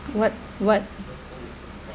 what what